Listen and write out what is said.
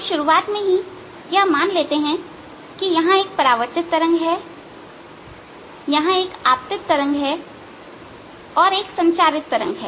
हम शुरुआत में ही यह मान लेते हैं कि यहां एक परावर्तित तरंग है यहां एक आपतित तरंग है और एक संचारित तरंग है